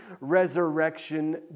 resurrection